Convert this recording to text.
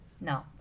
No